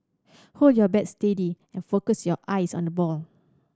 hold your bat steady and focus your eyes on the ball